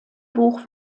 buch